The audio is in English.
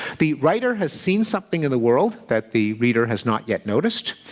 the writer has seen something in the world that the reader has not yet noticed.